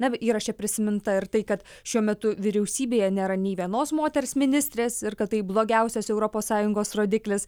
na įraše prisiminta ir tai kad šiuo metu vyriausybėje nėra nei vienos moters ministrės ir kad tai blogiausias europos sąjungos rodiklis